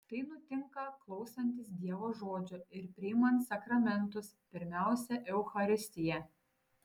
tai nutinka klausantis dievo žodžio ir priimant sakramentus pirmiausia eucharistiją